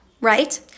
right